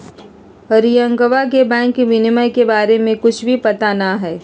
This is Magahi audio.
रियंकवा के बैंक विनियमन के बारे में कुछ भी पता ना हई